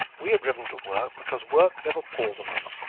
we are driven to work because work never palls on us,